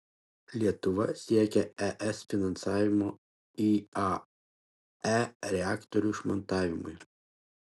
lietuva siekia es finansavimo iae reaktorių išmontavimui